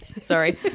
sorry